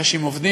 נפגש עם עובדים,